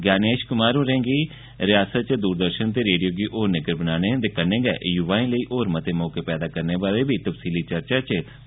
ज्ञानेश कुमार होरें रियासत च दूरदर्शन ते रेडियो गी होर निग्गर बनाने ते कन्नै गै युवाएं लेई होर मते मौके पैदा करने बारै तफसीली चर्चा कीती